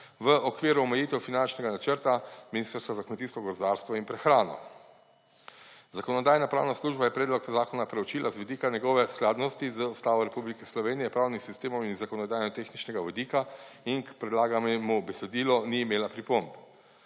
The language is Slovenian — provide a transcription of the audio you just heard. v okviru omejitev finančnega načrta Ministrstva za kmetijstvo, gozdarstvo in prehrano. Zakonodajno-pravna služba je predlog zakona preučila z vidika njegove skladnosti z Ustavo Republike Slovenije, pravnim sistemom in zakonodajno-tehničnega vidika in k predlaganemu besedilu ni imela pripomb.